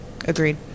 Agreed